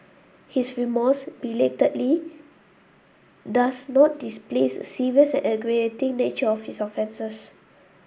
his remorse belatedly does not displace serious and nature of his offences